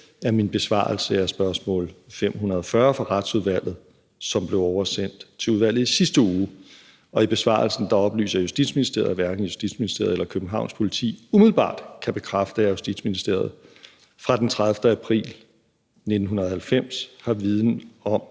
er min besvarelse af spørgsmål nr. 540 fra Retsudvalget, som blev oversendt til udvalget i sidste uge, og i besvarelsen oplyser Justitsministeriet, at hverken Justitsministeriet eller Københavns Politi umiddelbart kan bekræfte, at Justitsministeriet fra den 10. april 1990 har viden om,